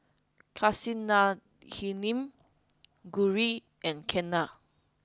Kasinadhuni Gauri and Ketna